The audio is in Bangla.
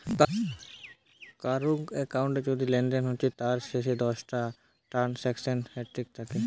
কারুর একাউন্টে যদি লেনদেন হচ্ছে তার শেষ দশটা ট্রানসাকশান হিস্ট্রি থাকে